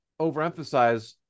overemphasize